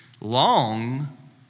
long